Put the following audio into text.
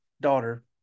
daughter